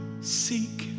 seek